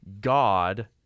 God